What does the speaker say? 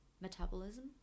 metabolism